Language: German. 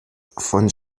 von